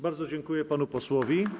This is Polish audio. Bardzo dziękuję panu posłowi.